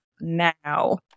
now